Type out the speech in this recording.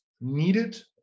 needed